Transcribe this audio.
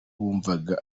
bumvaga